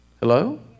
hello